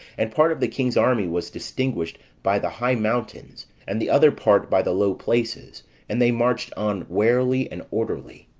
and part of the king's army was distinguished by the high mountains, and the other part by the low places and they marched on warily and orderly.